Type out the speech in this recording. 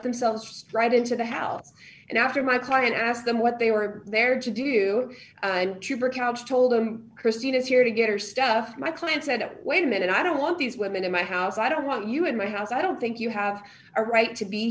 themselves right into the house and after my client asked them what they were there to do and trooper couch told him christine is here to get her stuff my client said wait a minute i don't want these women in my house i don't want you in my house i don't think you have a right to be